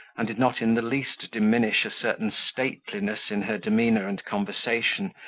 and did not in the least diminish a certain stateliness in her demeanour and conversation,